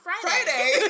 Friday